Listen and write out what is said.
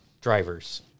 drivers